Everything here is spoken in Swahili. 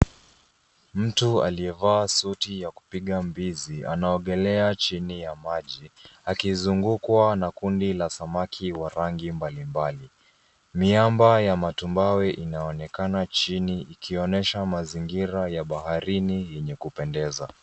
Mtu aliyevaa suti ya kupiga mbizi anaogelea chini ya maji akizungukwa na kundi la samaki wa rangi mbalimbali. Miamba ya matumbao inaonekana chini ikionyesha mazingira ya baharini yenye kupendeza.